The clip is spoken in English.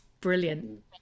brilliant